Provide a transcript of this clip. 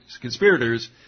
conspirators